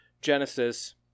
genesis